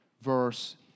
verse